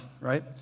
right